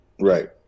Right